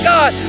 God